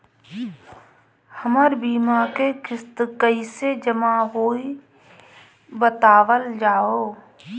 हमर बीमा के किस्त कइसे जमा होई बतावल जाओ?